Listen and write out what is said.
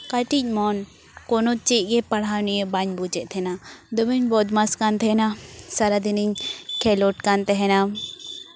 ᱠᱟᱹᱴᱤᱡ ᱢᱚᱱ ᱠᱳᱱᱳ ᱪᱮᱫ ᱜᱮ ᱯᱟᱲᱦᱟᱣ ᱱᱤᱭᱮ ᱵᱟᱧ ᱵᱩᱡᱮᱫ ᱛᱟᱦᱮᱱᱟ ᱫᱚᱢᱮᱧ ᱵᱚᱫᱽᱢᱟᱥ ᱠᱟᱱ ᱛᱟᱦᱮᱱᱟ ᱥᱟᱨᱟ ᱫᱤᱱᱤᱧ ᱠᱷᱮᱞᱳᱰ ᱠᱟᱱ ᱛᱟᱦᱮᱱᱟ